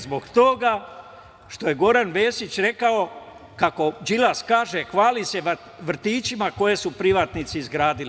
Zbog toga što je Goran Vesić rekao kako Đilas kaže - hvali se vrtićima koje su privatnici izgradili.